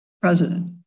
president